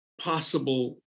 possible